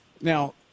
Now